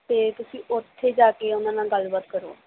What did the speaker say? ਅਤੇ ਤੁਸੀਂ ਉੱਥੇ ਜਾ ਕੇ ਉਹਨਾਂ ਨਾਲ ਗੱਲਬਾਤ ਕਰੋ